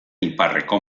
iparreko